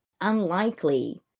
unlikely